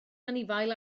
anifail